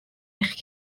eich